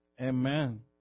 Amen